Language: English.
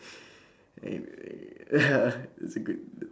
okay ya it's good